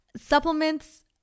Supplements